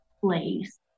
place